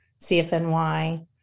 CFNY